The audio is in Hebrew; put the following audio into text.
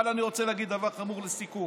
אבל אני רוצה להגיד דבר חמור לסיכום.